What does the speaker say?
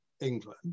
England